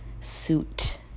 suit